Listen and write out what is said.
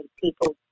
people